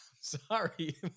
sorry